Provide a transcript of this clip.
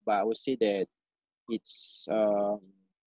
but I would say that it's uh